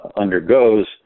undergoes